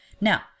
Now